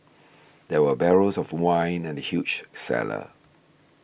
there were barrels of wine in the huge cellar